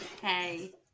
Hey